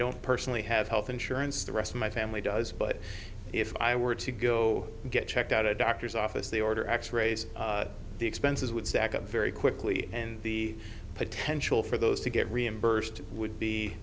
don't personally have health insurance the rest of my family does but if i were to go get checked out a doctor's office the order x rays the expenses would stack up very quickly and the potential for those to get reimbursed would be